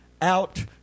out